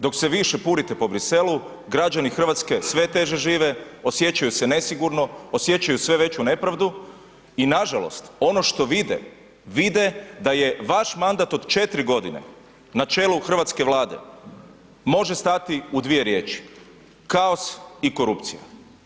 Dok se vi šepurite po Bruxellesu građani Hrvatske sve teže žive, osjećaju se nesigurno, osjećaju sve veću nepravdu i nažalost ono što vide, vide da je vaš mandat od četiri godine na čelu hrvatske Vlade može stati u dvije riječi, kaos i korupcija.